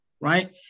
right